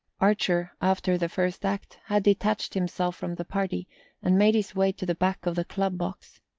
archer, after the first act, had detached himself from the party and made his way to the back of the club box.